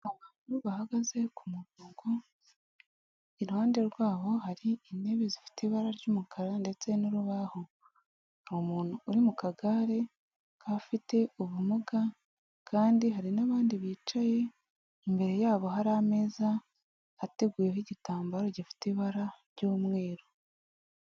Abantu bahagaze ku murongo, iruhande rwabo hari intebe zifite ibara ry'umukara ndetse n'urubaho. Hari umuntu uri mu kagare k'abafite ubumuga, kandi hari n'abandi bicaye, imbere yabo hari ameza ateguyeho igitambaro gifite ibara ry'umweru.